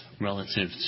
relative